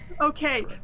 Okay